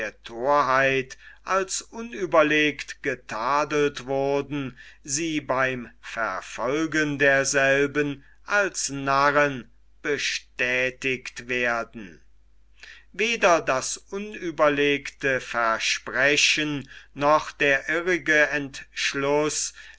der thorheit als unüberlegt getadelt wurden sie beim verfolgen derselben als narren bestätigt werden weder das unüberlegte versprechen noch der irrige entschluß